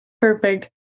perfect